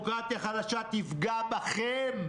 איך תפתור להם את הבעיה בדיוק?